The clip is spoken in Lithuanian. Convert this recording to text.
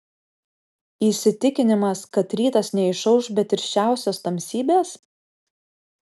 įsitikinimas kad rytas neišauš be tirščiausios tamsybės